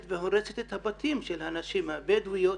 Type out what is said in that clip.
והורסת את הבתים של הנשים הבדואיות